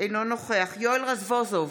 אינו נוכח יואל רזבוזוב,